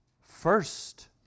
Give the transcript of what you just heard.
first